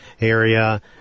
area